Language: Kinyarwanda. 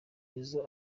izo